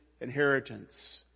inheritance